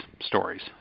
stories